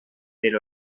del